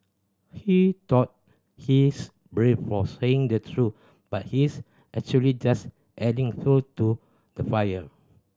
he thought he's brave for saying the truth but he's actually just adding fuel to the fire